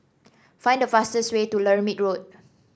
find the fastest way to Lermit Road